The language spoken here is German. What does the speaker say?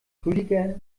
rüdiger